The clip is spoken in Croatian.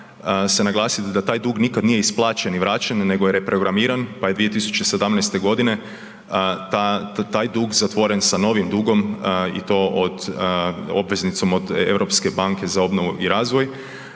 se naglasi da taj dug nikad nije isplaćen i vraćen nego je reprogramiran, pa je 2017.g. taj dug zatvoren sa novim dugom i to od, obveznicom od Europske banke za obnovu i razvoj